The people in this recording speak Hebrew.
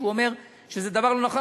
ואומר שזה דבר לא נכון,